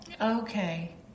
Okay